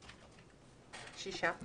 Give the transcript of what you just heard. שישה.